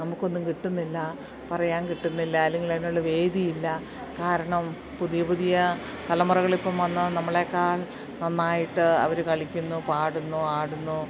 നമുക്കൊന്നും കിട്ടുന്നില്ല പറയാൻ കിട്ടുന്നില്ല അല്ലെങ്കിൽ അതിനുള്ള വേദിയില്ല കാരണം പുതിയ പുതിയ തലമുറകളിപ്പം വന്ന് നമ്മളെക്കാൾ നന്നായിട്ട് അവർ കളിക്കുന്നു പാടുന്നു ആടുന്നു